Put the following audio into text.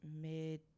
Mid